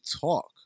talk